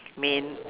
may